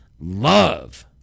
love